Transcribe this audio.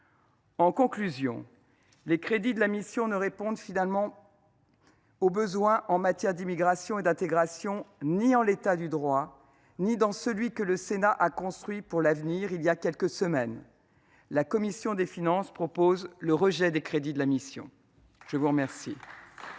En conclusion, les crédits de la mission ne répondent aux besoins en matière d’immigration et d’intégration ni en l’état du droit ni dans celui que le Sénat a construit pour l’avenir il y a quelques semaines. La commission des finances propose donc le rejet des crédits de la mission « Immigration,